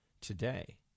today